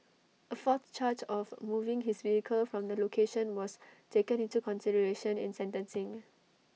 A fourth charge of moving his vehicle from the location was taken into consideration in sentencing